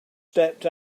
stepped